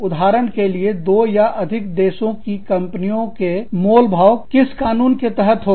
उदाहरण के लिए दो या अधिक देशों की कंपनियों के मोलभाव वार्ताएं किस कानून के तहत होगा